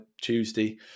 Tuesday